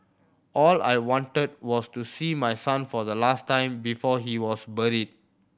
all I wanted was to see my son for the last time before he was buried